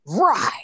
Right